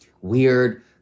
weird